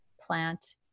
Plant